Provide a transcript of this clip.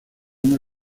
una